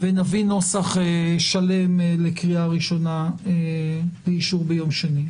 ונביא נוסח שלם לקריאה ראשונה לאישור ביום שני,